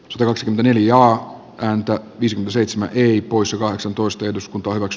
sucroksen iliaa häntä viisi seitsemän iii kuusi kaisa tuus tehdas on paras